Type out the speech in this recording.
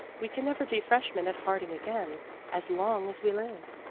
we can never be freshmen at harding again as long as we live.